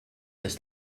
this